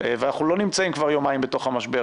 ואנחנו לא נמצאים כבר יומיים בתוך המשבר,